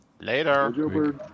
Later